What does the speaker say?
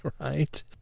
Right